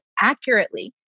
accurately